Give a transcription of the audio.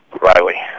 Riley